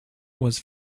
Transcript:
was